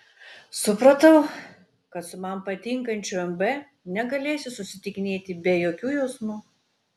supratau kad su man patinkančiu m b negalėsiu susitikinėti be jokių jausmų